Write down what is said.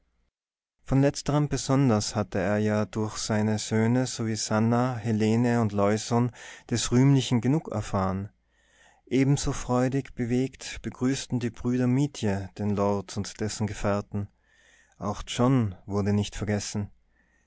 von letzterem besonders hatte er ja durch seine söhne sowie sannah helene und leusohn des rühmlichen genug erfahren ebenso freudig bewegt begrüßten die brüder mietje den lord und dessen gefährten auch john wurde nicht vergessen